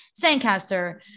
Sandcaster